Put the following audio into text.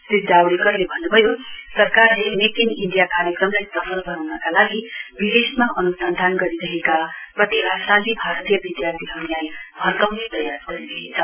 श्री जावड़ेकरले भन्नुभयो सरकारले मेक इन इण्डिया कार्यक्रमली सफल वनाउनका लागि विदेशमा अन्सन्धान गरिरहेका प्रतिभाशाली भारतीय विधार्थीहरुलाई फर्काउने प्रयास गरिरहेछ